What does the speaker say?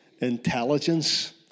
intelligence